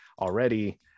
already